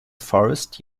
forest